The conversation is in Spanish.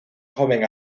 joven